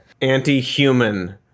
anti-human